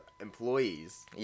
employees